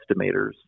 estimators